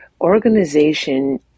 organization